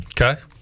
Okay